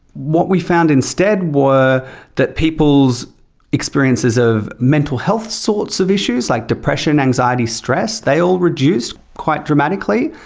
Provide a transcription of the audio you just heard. what we found instead were that people's experiences of mental health sorts of issues, like depression, anxiety, stress, they all reduced quite dramatically,